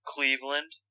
Cleveland